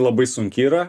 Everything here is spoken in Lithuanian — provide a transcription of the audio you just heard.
labai sunki yra